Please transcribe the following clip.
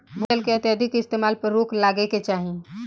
भू जल के अत्यधिक इस्तेमाल पर रोक लागे के चाही